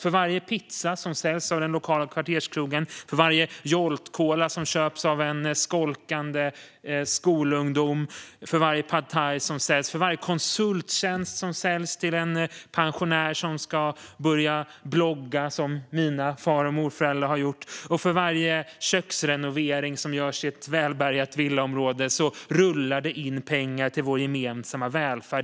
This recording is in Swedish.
För varje pizza som säljs av den lokala kvarterskrogen, för varje Jolt Cola som köps av en skolkande skolungdom, för varje pad thai som säljs, för varje konsulttjänst som säljs till en pensionär som ska börja blogga - som mina far och morföräldrar har gjort - och för varje köksrenovering som görs i ett välbärgat villaområde rullar det in pengar till vår gemensamma välfärd.